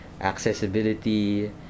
accessibility